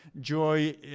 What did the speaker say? joy